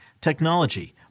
technology